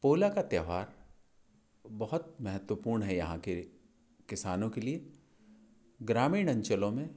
पोला का त्यौहार बहुत महत्वपूर्ण है यहाँ के किसानों के लिए ग्रामीण अंचलों में